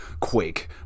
Quake